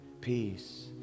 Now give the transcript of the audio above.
peace